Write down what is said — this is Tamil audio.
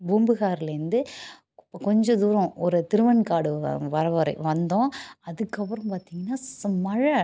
பூம்புகார்லேருந்து கொஞ்ச தூரம் ஒரு திருவெண்காடு வ வர வரை வந்தோம் அதுக்கப்புறம் பார்த்திங்கனா ச மழை